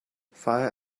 fire